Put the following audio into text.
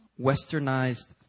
westernized